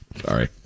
Sorry